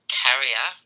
carrier